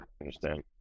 understand